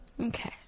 Okay